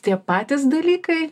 tie patys dalykai